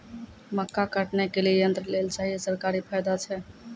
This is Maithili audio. मक्का काटने के लिए यंत्र लेल चाहिए सरकारी फायदा छ?